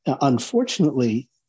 unfortunately